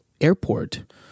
airport